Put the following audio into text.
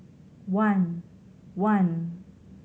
one one